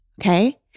Okay